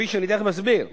כפי שאני תיכף אסביר.